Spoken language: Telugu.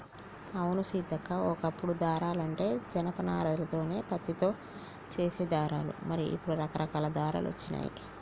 అవును సీతక్క ఓ కప్పుడు దారాలంటే జనప నారాలతో పత్తితో చేసే దారాలు మరి ఇప్పుడు రకరకాల దారాలు వచ్చినాయి